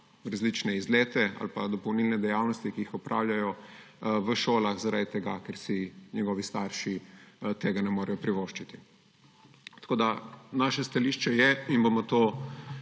različne izlete ali pa dopolnilne dejavnosti, ki jih opravljajo v šolah, ker si njegovi starši tega ne morejo privoščiti. Naše stališče je, in bomo to